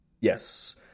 yes